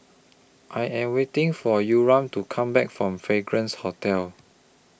I Am waiting For Yurem to Come Back from Fragrance Hotel